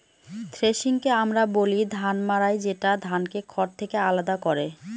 থ্রেশিংকে আমরা বলি ধান মাড়াই যেটা ধানকে খড় থেকে আলাদা করে